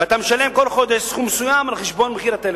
ואתה משלם כל חודש סכום מסוים על חשבון מחיר הטלפון.